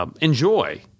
Enjoy